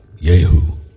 Yehu